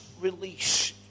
release